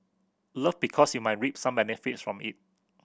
love because you might reap some benefits from it